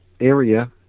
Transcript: Area